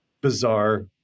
bizarre